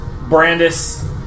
Brandis